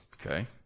Okay